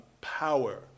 power